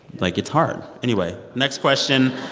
like, it's hard. anyway, next question.